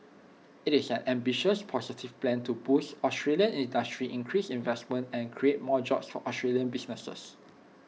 IT is an ambitious positive plan to boost Australian industry increase investment and create more jobs for Australian businesses